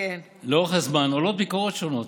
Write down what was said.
לאורך הזמן עולות ביקורות שונות,